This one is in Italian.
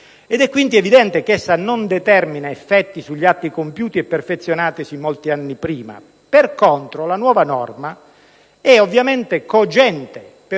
È, quindi, evidente che essa non determina effetti sugli atti compiuti e perfezionatisi molti anni prima. Per contro, la nuova norma è ovviamente cogente